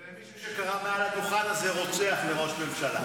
ולמישהו שקרא מעל הדוכן הזה רוצח לראש הממשלה.